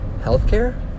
Healthcare